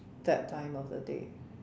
that time of the day